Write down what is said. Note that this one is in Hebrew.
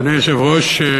אדוני היושב-ראש,